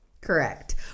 Correct